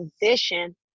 position